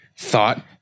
Thought